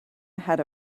ahead